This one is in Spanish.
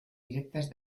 directas